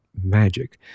magic